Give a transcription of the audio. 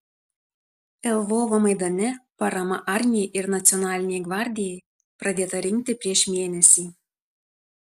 lvovo maidane parama armijai ir nacionalinei gvardijai pradėta rinkti prieš mėnesį